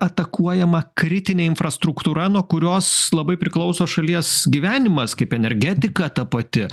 atakuojama kritinė infrastruktūra nuo kurios labai priklauso šalies gyvenimas kaip energetika ta pati